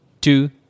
two